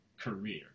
career